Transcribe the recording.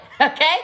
Okay